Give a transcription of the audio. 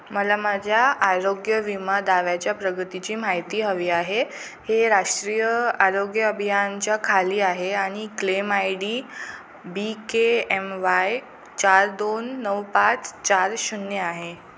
मला माझ्या आरोग्य विमा दाव्याच्या प्रगतीची माहिती हवी आहे हे राष्ट्रीय आरोग्य अभियानाच्या खाली आहे आणि claim I D B K M Y चार दोन नऊ पाच चार शून्य आहे